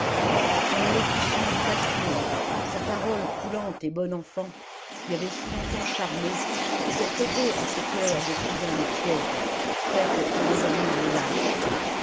son élocution facile sa parole coulante et bonne enfant qui avait si longtemps charmé était traitée à cette heure de tisane tiède faite pour endormir les lâches